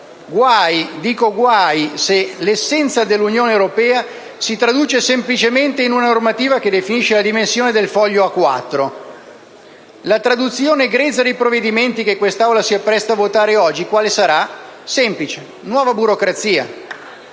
dico guai, se l'essenza dell'Unione europea si traduce semplicemente in una normativa che definisce la dimensione del foglio A4. La traduzione grezza dei provvedimenti che quest'Aula si appresta a votare oggi quale sarà? Semplice: nuova burocrazia.